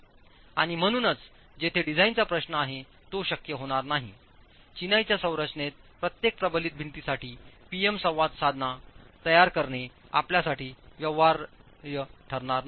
आणि म्हणूनच जिथे डिझाइनचा प्रश्न आहे तो शक्य होणार नाही चिनाईच्या संरचनेत प्रत्येक प्रबलित भिंतीसाठी P M संवाद साधना तयार करणे आपल्यासाठी व्यवहार्य ठरणार नाही